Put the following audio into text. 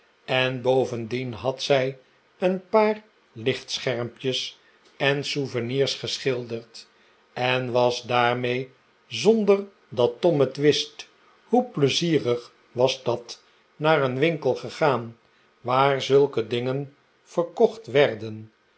en bovendien had zij een paar lichtschermpjes en souvenirs geschilderd en was daarmee zonder dat tom het wist hoe pleizierig was dat naar een winkel gegaan waar zulke dingen verkocht werden